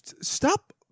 stop